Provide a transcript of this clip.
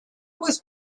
was